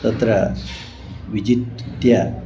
तत्र विजित्य